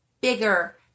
bigger